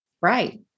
Right